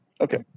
Okay